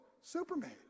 Superman